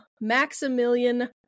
Maximilian